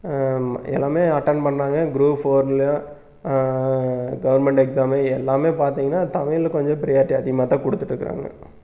எல்லாமே அட்டென்ட் பண்ணாதான் குரூப் ஃபோரில் கவர்மென்ட் எக்ஸாமு எல்லாமே பார்த்திங்கன்னா தமிழில் கொஞ்சம் ப்ரியாரிட்டி அதிகமாக தான் கொடுத்துட்ருக்குறாங்க